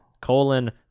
colon